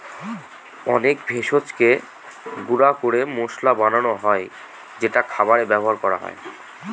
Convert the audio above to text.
অনেক ভেষজকে গুঁড়া করে মসলা বানানো হয় যেটা খাবারে ব্যবহার করা হয়